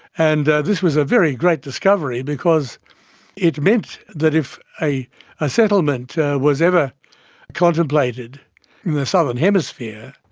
and this was a very great discovery because it meant that if a a settlement was ever contemplated in the southern hemisphere,